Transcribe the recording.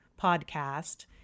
podcast